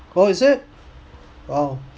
what was it !wow!